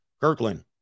Kirkland